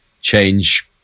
change